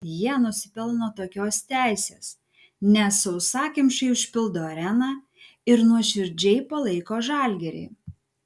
jie nusipelno tokios teisės nes sausakimšai užpildo areną ir nuoširdžiai palaiko žalgirį